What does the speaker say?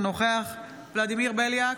אינו נוכח ולדימיר בליאק,